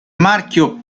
marchio